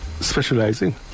specializing